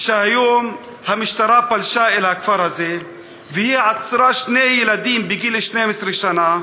שהיום המשטרה פלשה אל הכפר הזה ועצרה שני ילדים בגיל 12 שנה.